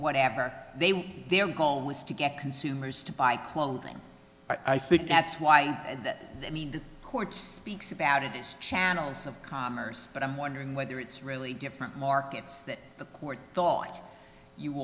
whatever they want their goal was to get consumers to buy clothing i think that's why that i mean the court speaks about it as channels of commerce but i'm wondering whether it's really different markets that the court thought you